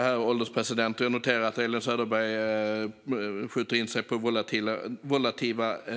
Herr ålderspresident! Jag noterar att Elin Söderberg skjuter in sig på att drivmedelspriserna